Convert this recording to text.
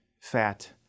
fat